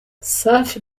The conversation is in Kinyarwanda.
safi